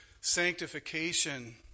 sanctification